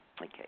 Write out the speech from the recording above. Okay